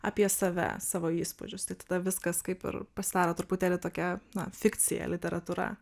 apie save savo įspūdžius tai tada viskas kaip ir pasidaro truputėlį tokia na fikcija literatūra